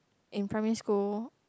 in primary school